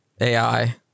AI